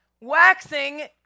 Waxing